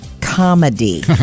comedy